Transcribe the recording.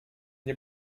nie